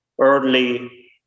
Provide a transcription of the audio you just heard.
early